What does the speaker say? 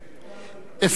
(תיקון מס' 19),